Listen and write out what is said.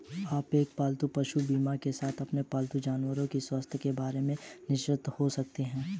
आप एक पालतू पशु बीमा के साथ अपने पालतू जानवरों के स्वास्थ्य के बारे में निश्चिंत हो सकते हैं